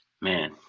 man